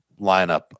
lineup